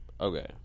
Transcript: okay